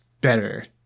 better